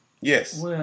Yes